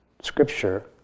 scripture